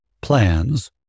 plans